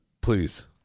Please